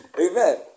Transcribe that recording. Amen